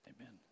Amen